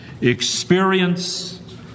experience